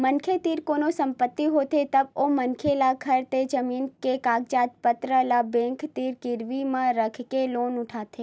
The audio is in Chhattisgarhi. मनखे तीर कोनो संपत्ति होथे तब ओ मनखे ल घर ते जमीन के कागज पतर ल बेंक तीर गिरवी म राखके लोन उठाथे